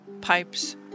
pipes